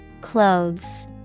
Clothes